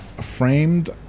framed